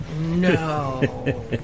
No